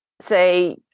say